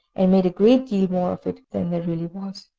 and made a great deal more of it than there really was.